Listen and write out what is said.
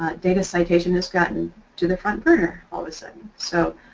data citation has gotten to the front burner all of a sudden. so